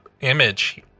image